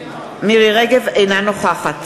אינה נוכחת